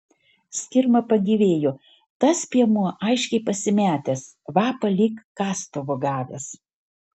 skirma pagyvėjo tas piemuo aiškiai pasimetęs vapa lyg kastuvu gavęs